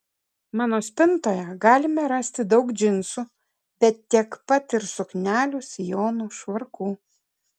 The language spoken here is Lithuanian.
mano spintoje galime rasti daug džinsų bet tiek pat ir suknelių sijonų švarkų